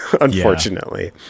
unfortunately